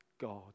God